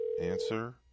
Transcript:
Answer